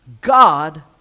God